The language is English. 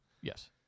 Yes